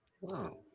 Wow